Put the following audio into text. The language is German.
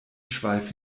schweif